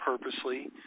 purposely